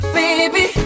baby